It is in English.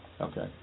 Okay